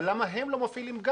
אבל למה הם לא מפעילים גם,